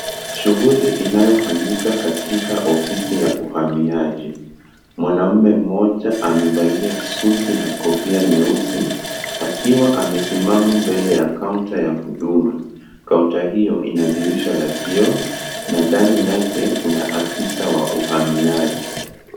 Shuguli inayo fanyika katika ofisi ya uhamiaji, mwanaume mmoja amevalia suti na kofia nyeusi, akiwa amesimama mbele ya kaunta ya hunduma, kaunta hio ina dirisha la kioo, na ndani yake kuna afisa wa uhamiaji.